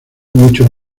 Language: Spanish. mucho